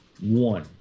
one